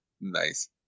Nice